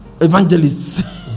evangelists